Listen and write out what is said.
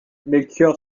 melchior